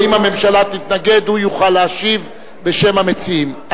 ואם הממשלה תתנגד הוא יוכל להשיב בשם המציעים.